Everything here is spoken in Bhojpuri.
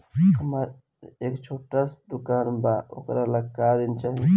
हमरा एक छोटा दुकान बा वोकरा ला ऋण चाही?